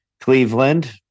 Cleveland